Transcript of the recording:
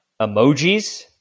emojis